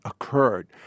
occurred